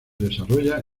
desarrolla